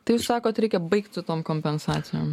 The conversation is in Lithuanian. tai jūs sakot reikia baigt su tom kompensacijom